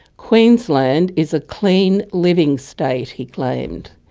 queensland is a clean living state he claimed,